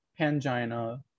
Pangina